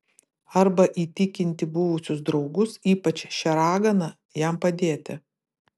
arba įtikinti buvusius draugus ypač šią raganą jam padėti